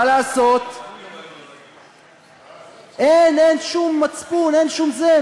מה לעשות, אין, אין שום מצפון, אין שום זה.